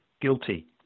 guilty